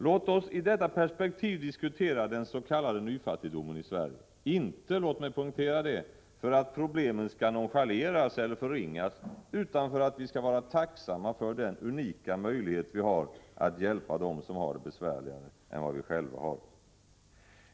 Låt oss i detta perspektiv diskutera dens.k. nyfattigdomen i Sverige - inte, låt mig poängtera det, för att problemen skall nonchaleras eller förringas utan för att vi skall vara tacksamma för den unika möjlighet vi har att hjälpa dem som har det besvärligare än vad vi själva har.